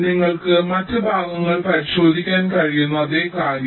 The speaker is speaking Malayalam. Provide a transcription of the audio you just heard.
നിങ്ങൾക്ക് മറ്റ് ഭാഗങ്ങൾ പരിശോധിക്കാൻ കഴിയുന്ന അതേ കാര്യം